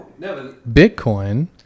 Bitcoin